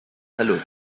salud